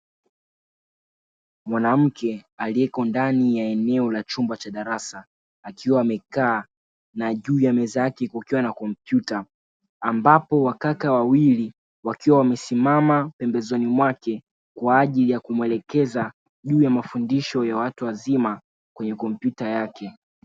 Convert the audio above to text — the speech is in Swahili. Mwanamke aliyeko ndani ya eneo la chumba cha darasa akiwa amekaa, na juu ya meza yake kukiwa na kompyuta. Ambapo wakaka wawili wakiwa wamesimama pembezoni mwake kwa ajili ya kumuelekeza juu ya mafundisho ya watu wazima kwenye kompyuta yake.